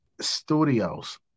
Studios